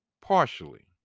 partially